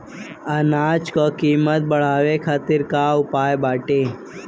अनाज क कीमत बढ़ावे खातिर का उपाय बाटे?